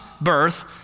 birth